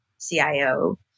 CIO